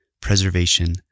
preservation